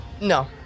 No